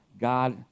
God